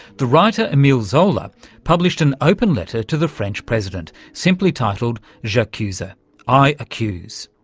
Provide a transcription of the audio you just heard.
the writer emile zola published an open letter to the french president simply titled j'accuse, ah i accuse.